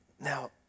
Now